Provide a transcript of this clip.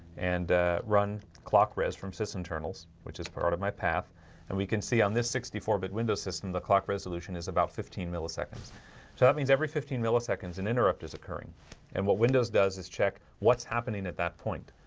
and run clock res from sysinternals, which is part of my path and we can see on this sixty four bit window system the clock resolution is about fifteen milliseconds so that means every fifteen milliseconds an interrupt is occurring and what windows does is check what's happening at that point?